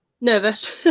Nervous